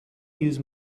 use